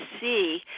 see